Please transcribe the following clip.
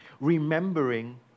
Remembering